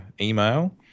email